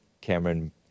Cameron